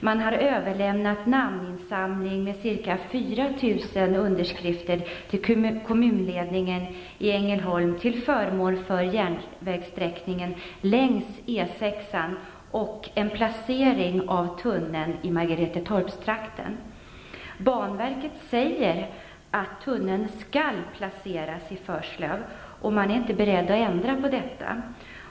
Man har överlämnat en namninsamling med ca 4 000 Banverket säger att tunneln skall placeras i Förslöv, och man är inte beredd att ändra på detta.